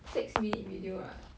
six minute video right